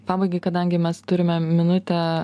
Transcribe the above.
pabaigai kadangi mes turime minutę